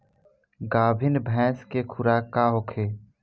गाभिन भैंस के खुराक का होखे?